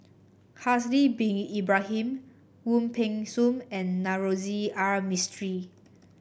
Haslir Bin Ibrahim Wong Peng Soon and Navroji R Mistri